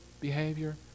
behavior